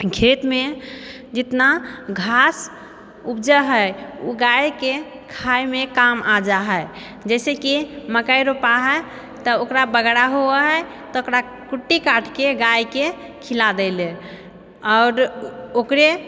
खेतमे जितना घास उपजै है ओ गायके खायमे काम आ जाइ हैय जैसेकि मकइ रोपा है तऽ ओकरा बगरा हुवऽ है तऽ ओकरा कुट्टी काटिके गायके खिला दैले आओर ओकरे